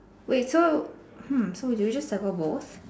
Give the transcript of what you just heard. wait so hmm so do we just circle both